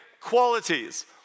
qualities